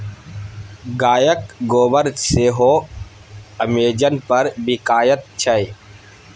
गायक गोबर सेहो अमेजन पर बिकायत छै